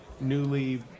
newly